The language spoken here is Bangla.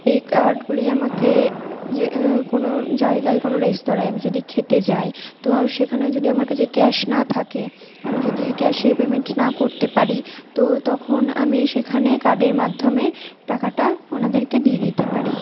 এই কার্ডগুলি আমাকে কোনো জায়গায় কোনো রেস্তোরাঁয় আমি যদি খেতে যাই তো সেখানে যদি আমার কাছে ক্যাশ না থাকে আমি যদি ক্যাশে পেমেন্ট না করতে পারি তো তখন আমি সেখানে কার্ডের মাধ্যমে টাকাটা ওনাদেরকে দিয়ে দিতে পারি